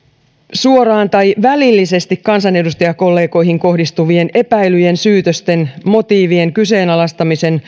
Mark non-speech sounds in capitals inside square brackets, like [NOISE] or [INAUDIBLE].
suoraan tai välillisesti kansanedustajakollegoihin kohdistuvien epäilyjen syytösten motiivien kyseenalaistamisen [UNINTELLIGIBLE]